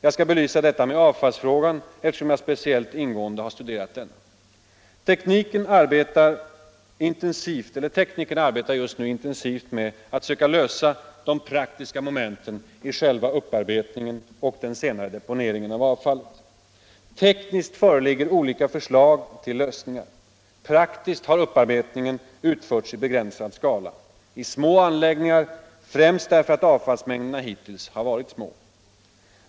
Jag skall belysa detta med avfallsfrågan, eftersom jag speciellt ingående har studerat denna. Teknikerna arbetar just nu intensivt med att söka lösa de praktiska momenten i själva upparbetningen och den senare deponeringen av avfallet. Tekniskt föreligger olika förslag till lösningar. Praktiskt har upparbetningen utförts i begränsad skala i små anläggningar, främst därför att avfallsmängderna hittills varit små.